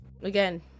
Again